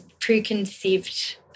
preconceived